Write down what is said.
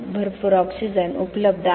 भरपूर ऑक्सिजन उपलब्ध आहे